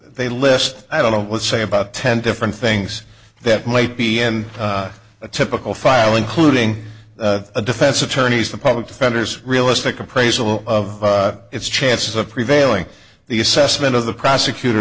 they list i don't know what say about ten different things that might be in a typical filing pluming the defense attorneys the public defenders realistic appraisal of its chances of prevailing the assessment of the prosecutor